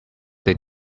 they